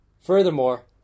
Furthermore